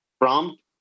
prompt